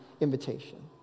invitation